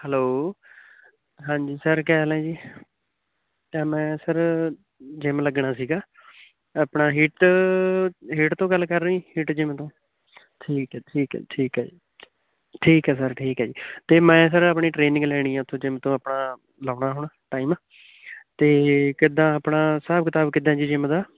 hello ਹਾਂਜੀ sir ਕਿਆ ਹਾਲ ਹੈ ਜੀ ਅਤੇ ਮੈਂ ਸਰ ਜਿੰਮ ਲੱਗਣਾ ਸੀਗਾ ਆਪਣਾ ਹਿੱਟ ਹਿਟ ਤੋਂ ਗੱਲ ਕਰ ਰਹੇ ਜੀ ਹਿੱਟ ਜਿੰਮ ਤੋਂ ਠੀਕ ਹੈ ਠੀਕ ਹੈ ਠੀਕ ਹੈ ਠੀਕ ਹੈ ਸਰ ਠੀਕ ਹੈ ਜੀ ਅਤੇ ਮੈਂ ਸਰ ਆਪਣੀ ਟ੍ਰੇਨਿੰਗ ਲੈਣੀ ਆ ਉੱਥੋਂ ਜਿੰਮ ਤੋਂ ਆਪਣਾ ਲਾਉਣਾ ਹੁਣ ਟਾਈਮ ਅਤੇ ਕਿੱਦਾਂ ਆਪਣਾ ਹਿਸਾਬ ਕਿਤਾਬ ਕਿੱਦਾਂ ਜੀ ਜਿੰਮ ਦਾ